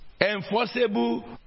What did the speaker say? Enforceable